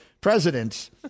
presidents